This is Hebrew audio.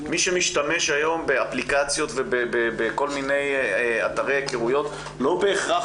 מי שמשתמש היום באפליקציות ובכל מיני אתרי היכרויות לא בהכרח